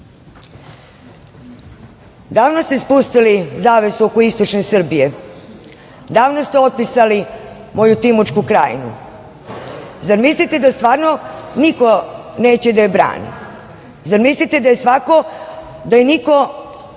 selo. Davno ste spustili zavesu oko istočne Srbije, davno ste otpisali moju Timočku krajinu. Zar mislite da stvarno niko neće da je brani? Zar mislite da je niko, onako